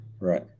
Right